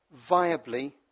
viably